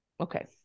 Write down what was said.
Okay